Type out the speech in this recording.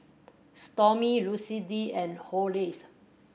Stormy Lucindy and Horace